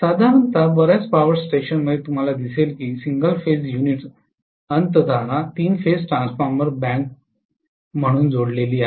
साधारणत बर्याच पॉवर स्टेशनमध्ये तुम्हाला दिसेल की सिंगल फेज युनिट्स अंततः तीन फेज ट्रान्सफॉर्मर बँक म्हणून जोडलेली आहेत